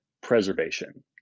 preservation